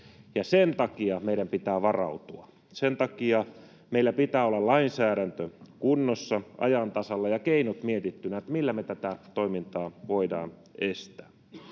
Sen takia meidän pitää varautua. Sen takia meillä pitää olla lainsäädäntö kunnossa, ajan tasalla ja ne keinot mietittynä, millä me tätä toimintaa voidaan estää.